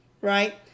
Right